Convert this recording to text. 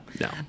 no